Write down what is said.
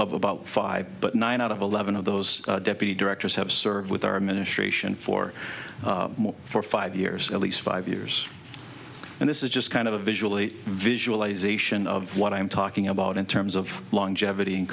about five but nine out of eleven of those deputy directors have served with our administration for four five years at least five years and this is just kind of a visually visualization of what i'm talking about in terms of longevity